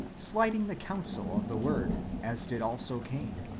slighting the counsel of the word, as did also cain.